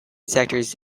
sectors